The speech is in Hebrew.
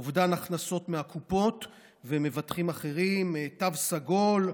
אובדן הכנסות מהקופות ומבטחים אחרים, תו סגול,